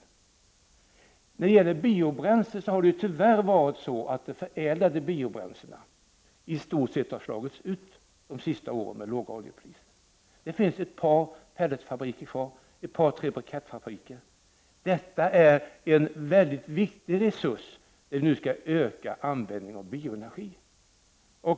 Vad gäller biobränslen vill jag peka på att de förädlade biobränslena tyvärr i stort sett slagits ut under de senaste åren med låga oljepriser. Det finns kvar en pelletsfabrik och ett par tre brikettfabriker. Detta är en viktig resurs när vi nu skall öka användningen av bioenergi.